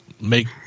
make